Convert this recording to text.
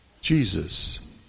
Jesus